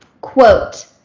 Quote